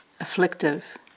afflictive